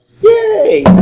Yay